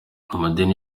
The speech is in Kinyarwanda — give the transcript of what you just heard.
amadini